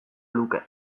luke